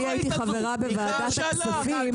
אני הייתי חברה בוועדת הכספים,